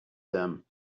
them